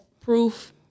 proof